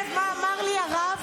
שים לב מה אמר לי הרב.